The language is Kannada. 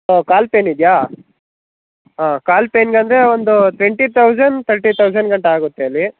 ಓಹ್ ಕಾಲು ಪೇನ್ ಇದೆಯಾ ಹಾಂ ಕಾಲು ಪೇನ್ಗೆ ಅಂದರೆ ಒಂದು ಟ್ವೆಂಟಿ ತೌಸನ್ ತರ್ಟಿ ತೌಸನ್ಗಂಟ ಆಗುತ್ತೆ ಅಲ್ಲಿ